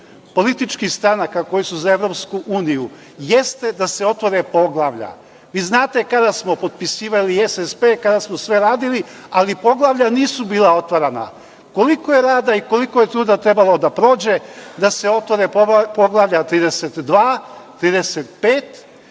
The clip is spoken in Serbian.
političkih stranaka koje su za EU jeste da se otvore poglavlja. Vi znate kada smo potpisivali SSP, kada smo sve radili, ali poglavlja nisu bila otvarana. Koliko je rada i koliko je truda trebalo da prođe da se otvore poglavlja 32, 35